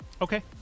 okay